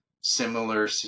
similar